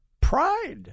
pride